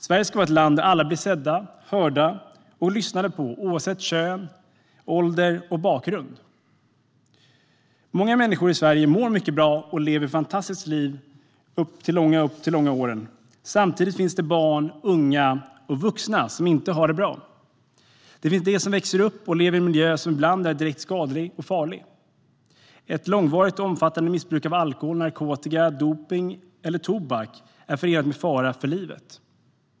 Sverige ska vara ett land där alla blir sedda, hörda och lyssnade på oavsett kön, ålder och bakgrund. Många människor i Sverige mår mycket bra och lever fantastiska liv långt upp i åren. Samtidigt finns det barn, unga och vuxna som inte har det bra. Det finns de som växer upp och lever i en miljö som ibland är direkt skadlig och farlig. Ett långvarigt och omfattande missbruk av alkohol, narkotika, dopningsmedel eller tobak är förenat med fara för livet.